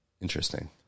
Interesting